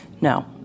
No